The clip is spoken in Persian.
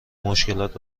مشکلات